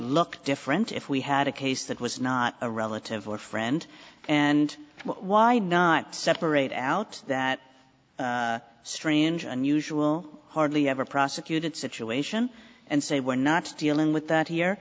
look different if we had a case that was not a relative or friend and why did not separate out that strange or unusual hardly ever prosecuted situation and say we're not dealing with that here